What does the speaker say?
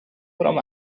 from